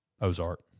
Ozark